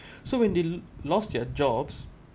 so when they lost their jobs